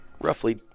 roughly